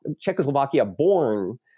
Czechoslovakia-born